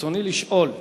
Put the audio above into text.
רצוני לשאול: